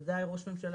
בוודאי ראש הממשלה,